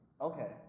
Okay